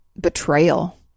betrayal